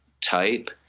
type